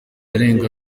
arenga